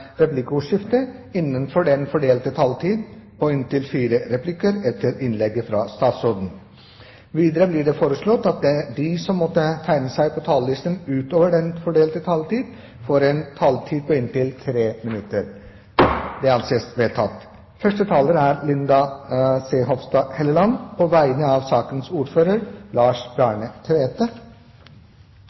replikkordskifte på inntil fire replikker med svar etter innlegget fra statsråden innenfor den fordelte taletid. Videre blir det foreslått at de som måtte tegne seg på talerlisten utover den fordelte taletid, får en taletid på inntil 3 minutter. – Det anses vedtatt. Første taler er Linda C. Hofstad Helleland, som får ordet på vegne av sakens ordfører, Lars Bjarne Tvete.